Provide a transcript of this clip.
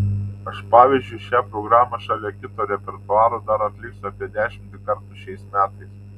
aš pavyzdžiui šią programą šalia kito repertuaro dar atliksiu apie dešimtį kartų šiais metais